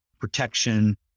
protection